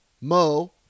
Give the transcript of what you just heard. Mo